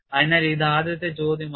അതിനാൽ ഇത് ആദ്യത്തെ ചോദ്യമാണ്